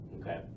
okay